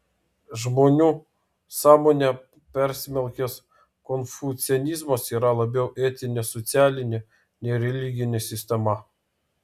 žmonių sąmonę persmelkęs konfucianizmas yra labiau etinė socialinė nei religinė sistema